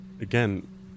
again